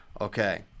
Okay